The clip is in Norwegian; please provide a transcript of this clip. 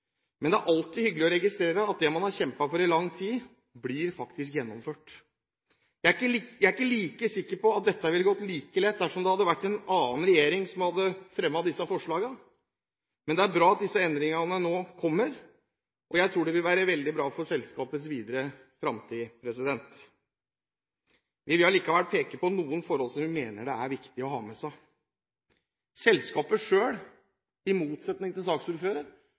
Men det er alltid hyggelig å registrere at det man har kjempet for i lang tid, faktisk blir gjennomført. Jeg er ikke like sikker på at dette ville gått like lett dersom det hadde vært en annen regjering som hadde fremmet disse forslagene, men det er bra at disse endringene nå kommer, og jeg tror det vil være veldig bra for selskapets videre fremtid. Vi vil likevel peke på noen forhold som vi mener det er viktig å ha med seg. Selskapet ønsker i utgangspunktet selv, i motsetning til